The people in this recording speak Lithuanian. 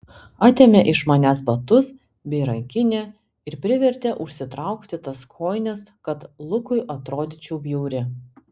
atėmė iš manęs batus bei rankinę ir privertė užsitraukti tas kojines kad lukui atrodyčiau bjauri